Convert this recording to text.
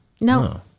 No